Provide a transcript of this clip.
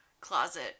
closet